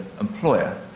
employer